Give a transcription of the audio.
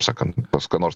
sakant pas ką nors